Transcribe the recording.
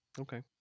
Okay